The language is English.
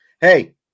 hey